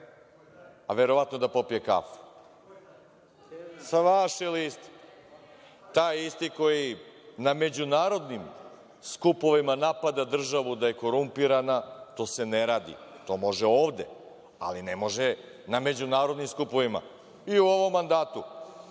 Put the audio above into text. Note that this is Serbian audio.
verovatno da popije kafu, sa vaše liste, taj isti koji na međunarodnim skupovima napada državu da je korumpirana, to se ne radi. To može ovde, ali ne može na međunarodnim skupovima, i u ovom mandatu